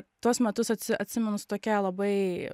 tuos metus atsi atsimenu su tokia labai